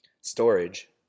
storage